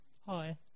hi